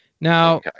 Now